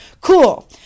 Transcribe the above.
cool